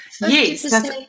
Yes